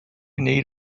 need